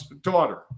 daughter